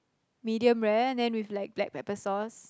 medium rare then with like black pepper sauce